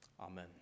Amen